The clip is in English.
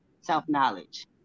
self-knowledge